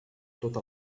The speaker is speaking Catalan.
tota